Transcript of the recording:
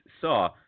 saw